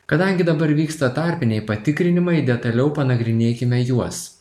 kadangi dabar vyksta tarpiniai patikrinimai detaliau panagrinėkime juos